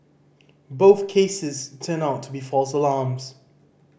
both cases turned out to be false alarms